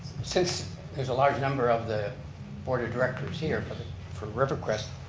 since there's a large number of the board of directors here but from river crest,